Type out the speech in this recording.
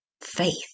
Faith